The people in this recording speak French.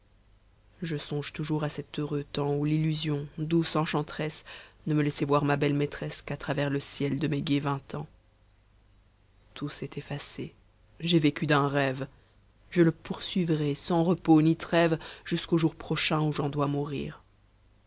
je songe toujours à cet heureux temps où l'illusion douce enchanteresse ne me laissait voir ma belle maîtresse qu'à travers le ciel de mes gais vingt ans tout s'est effacé j'ai vécu d'un rêve je le poursuivrai sans repos ni trêve jusqu'au jour prochain où j'en dois mourir